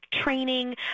Training